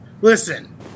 Listen